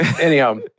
Anyhow